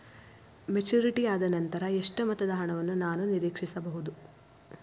Maturity ಆದನಂತರ ಎಷ್ಟು ಮೊತ್ತದ ಹಣವನ್ನು ನಾನು ನೀರೀಕ್ಷಿಸ ಬಹುದು?